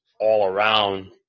all-around